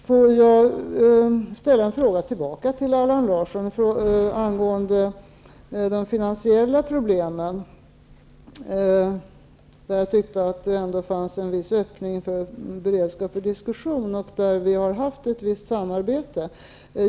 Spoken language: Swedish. Låt mig ställa en fråga tillbaka till Allan Larsson angående de finansiella problemen, där jag tyckte att det ändå fanns en viss beredskap för diskussion och där vi har haft ett visst samarbete.